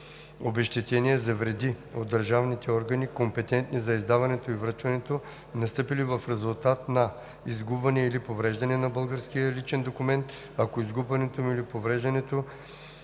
обезщетение за вреди от държавните органи, компетентни за издаването и връчването, настъпили в резултат на изгубване или повреждане на българския личен документ, ако изгубването или повреждането